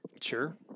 Sure